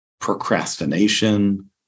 procrastination